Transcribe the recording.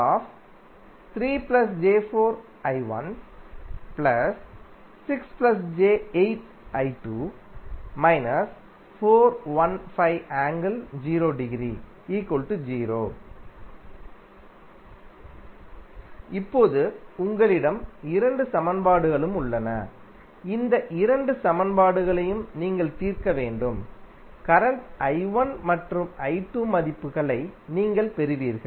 −3 j4 I1 6 j8 I2 − 415∠0◦ 0 இப்போது உங்களிடம் இரண்டு சமன்பாடுகளும் உள்ளன இந்த இரண்டு சமன்பாடுகளையும் நீங்கள் தீர்க்க வேண்டும் கரண்ட் I 1 மற்றும் I 2 மதிப்புகளை நீங்கள் பெறுவீர்கள்